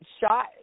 shot